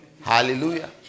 Hallelujah